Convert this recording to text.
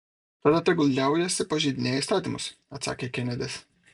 tada tegul liaujasi pažeidinėję įstatymus atsakė kenedis